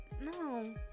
No